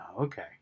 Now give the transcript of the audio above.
okay